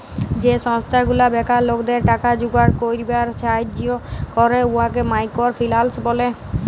যে সংস্থা গুলা বেকার লকদের টাকা জুগাড় ক্যইরবার ছাহাজ্জ্য ক্যরে উয়াকে মাইকর ফিল্যাল্স ব্যলে